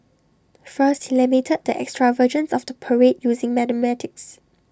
first he lamented the extravagance of the parade using mathematics